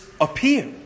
appear